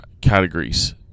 categories